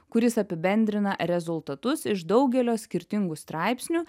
kuris apibendrina rezultatus iš daugelio skirtingų straipsnių